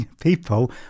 people